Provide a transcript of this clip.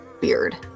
beard